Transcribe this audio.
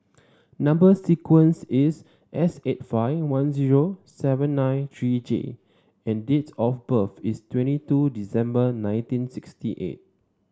number sequence is S eight five one zero seven nine three J and date of birth is twenty two December nineteen sixty eight